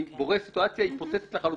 אני בורא סיטואציה היפותטית לחלוטין,